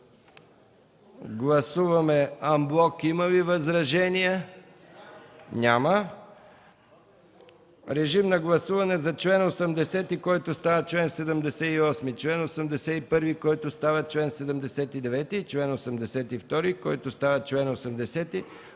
Гласуваме анблок. Има ли възражения? Няма. Режим на гласуване за чл. 80, който става чл. 78, чл. 81, който става чл. 79, и чл. 82, който става чл. 80